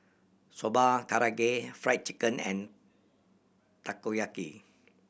Soba Karaage Fried Chicken and Takoyaki